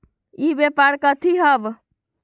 ई व्यापार कथी हव?